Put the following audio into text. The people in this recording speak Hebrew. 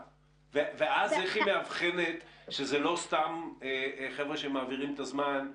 איך היא מאבחנת שזה לא סתם חבר'ה שמעבירים את הזמן,